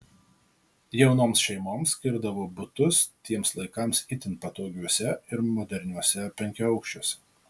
jaunoms šeimoms skirdavo butus tiems laikams itin patogiuose ir moderniuose penkiaaukščiuose